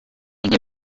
inka